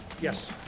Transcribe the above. Yes